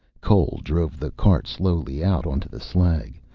cole drove the cart slowly out onto the slag,